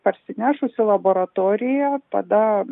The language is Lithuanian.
parsinešus į laboratoriją tada